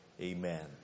Amen